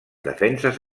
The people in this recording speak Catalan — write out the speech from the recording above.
defenses